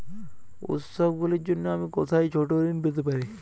উত্সবগুলির জন্য আমি কোথায় ছোট ঋণ পেতে পারি?